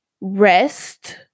rest